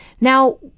Now